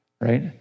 right